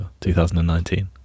2019